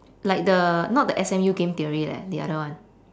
like the not the S_M_U game theory leh the other one